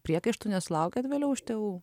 priekaištų nesulaukiat vėliau iš tėvų